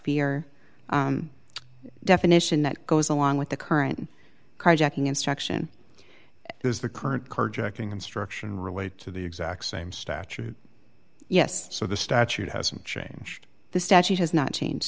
fear definition that goes along with the current carjacking instruction is the current carjacking instruction relate to the exact same statute yes so the statute has changed the statute has not changed